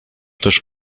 też